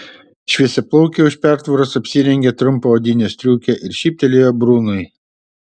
šviesiaplaukė už pertvaros apsirengė trumpą odinę striukę ir šyptelėjo brunui